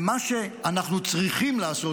מה שאנחנו צריכים לעשות,